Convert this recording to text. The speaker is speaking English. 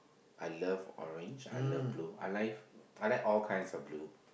I love orange I love blue I like I like all kinds of blue